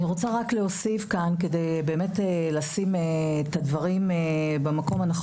אני רוצה להוסיף כדי לשים את הדברים במקומם.